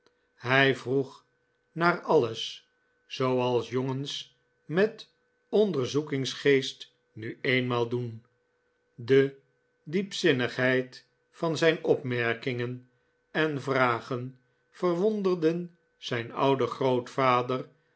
hij vroeg naar alles zooals jongens met onderzoekingsgeest nu eenmaal doen de diepzinnigheid van zijn opmerkingen en vragen verwonderden zijn ouden grootvader